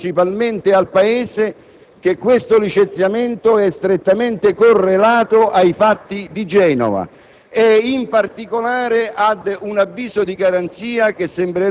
a noi parlamentari dell'opposizione ma principalmente al Paese, che questo licenziamento è strettamente correlato ai fatti di Genova